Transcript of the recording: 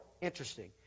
Interesting